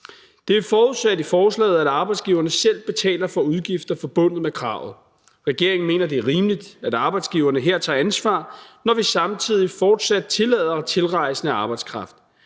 Det er forudsat i forslaget, at arbejdsgiverne selv betaler udgifter forbundet med kravet. Regeringen mener, det er rimeligt, at arbejdsgiverne her tager ansvar, når vi samtidig fortsat tillader tilrejsende arbejdskraft.